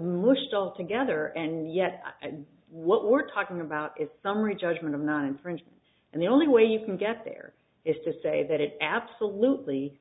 mushed altogether and yet what we're talking about is a summary judgment of not infringed and the only way you can get there is to say that it absolutely